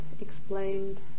explained